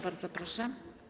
Bardzo proszę.